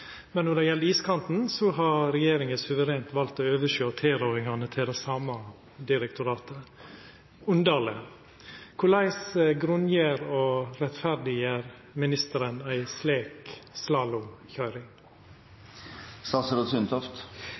gjeld iskanten, har regjeringa suverent valt å oversjå tilrådingane til det same direktoratet – underleg. Korleis grunngjev og rettferdiggjer ministeren ei slik